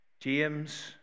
James